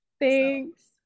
Thanks